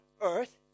earth